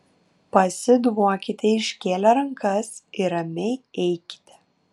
pasiduokite iškėlę rankas ir ramiai eikite